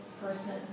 Person